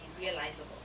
realizable